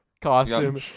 costume